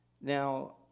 Now